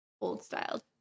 old-style